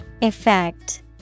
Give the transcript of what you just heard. Effect